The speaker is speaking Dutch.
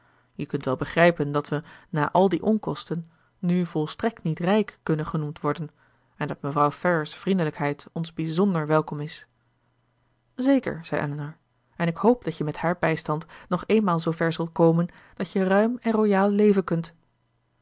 je kunt wel begrijpen dat we na al die onkosten nu volstrekt niet rijk kunnen genoemd worden en dat mevrouw ferrars vriendelijkheid ons bijzonder welkom is zeker zei elinor en ik hoop dat je met haar bijstand nog eenmaal zoover zult komen dat je ruim en royaal leven kunt